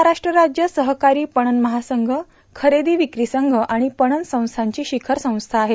महाराष्ट्र राज्य सहकारां पणन महासंघ खरेदां विक्री संघ आर्मण पणन संस्थांची शिखर संस्था आहे